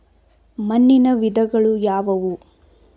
ಮಣ್ಣಿನ ವಿಧಗಳು ಯಾವುವು?